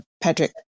Patrick